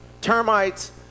Termites